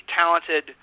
talented